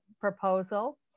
proposal